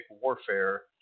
warfare